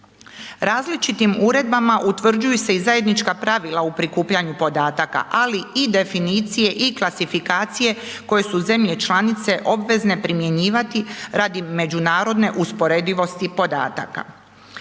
Različitim uredbama utvrđuju se i zajednička pravila u prikupljanju podataka, ali i definicije i klasifikacije koje su zemlje članice obvezne primjenjivati radi međunarodne usporedivosti podataka.